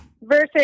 Versus